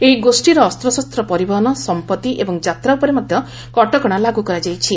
ଏହି ଗୋଷୀର ଅସ୍ତ୍ରଶସ୍ତ୍ର ପରିବହନ ସମ୍ପତ୍ତି ଏବଂ ଯାତା ଉପରେ ମଧ୍ୟ କଟକଣା ଲାଗୁ କରାଯାଇଛି